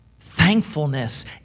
thankfulness